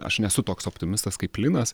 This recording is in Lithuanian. aš nesu toks optimistas kaip linas